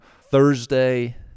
Thursday